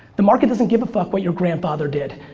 the market doesn't give a fuck what your grandfather did.